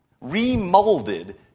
remolded